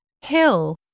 Hill